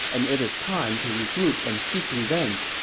and it is time to regroup and seek revenge.